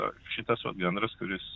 o šitas vat gandras kuris